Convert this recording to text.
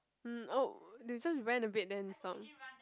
mm oh they just ran a bit then you stop